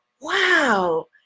wow